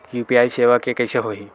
UPI सेवा के कइसे होही?